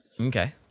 Okay